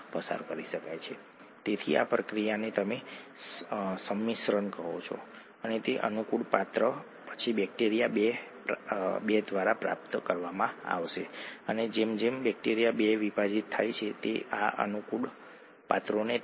આપણી પાસે અહીં પાણી છે તમે H2O ને જાણો છો અને પાણીના અણુઓ વચ્ચે હાઇડ્રોજન બંધ છે જે આપણે અત્યારે જાણીએ છીએ